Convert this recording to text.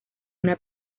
una